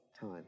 time